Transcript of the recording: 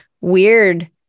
weird